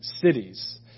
cities